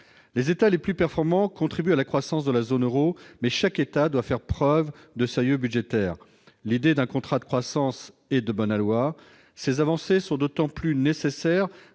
les États les plus performants, contribue à la croissance de la zone Euro mais chaque État doit faire preuve de sérieux budgétaire l'idée d'un contrat de croissance et de bon aloi, ces avancées sont d'autant plus nécessaire